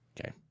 Okay